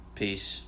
peace